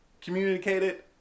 communicated